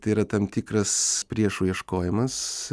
tai yra tam tikras priešų ieškojimas